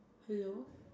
hello